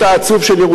לי,